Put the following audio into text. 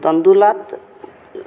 तण्डुलात्